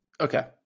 okay